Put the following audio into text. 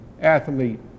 athlete